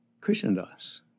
Krishnadas